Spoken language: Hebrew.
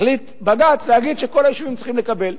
החליט בג"ץ להגיד שכל היישובים צריכים לקבל.